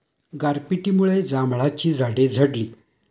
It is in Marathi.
गारपिटीमुळे जांभळाची झाडे झडली